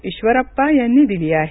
ईश्वराप्पा यांनी दिली आहे